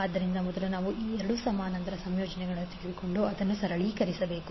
ಆದ್ದರಿಂದ ಮೊದಲು ನಾವು ಈ ಎರಡು ಸಮಾನಾಂತರ ಸಂಯೋಜನೆಗಳನ್ನು ತೆಗೆದುಕೊಂಡು ಅದನ್ನು ಸರಳೀಕರಿಸಬೇಕು